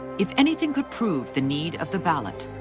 if anything could prove the need of the ballot,